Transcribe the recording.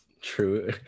True